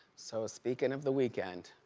so speaking of the weekend.